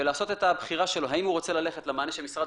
ולעשות את הבחירה שלו - האם הוא רוצה ללכת למענה שמשרד